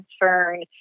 concern